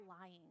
lying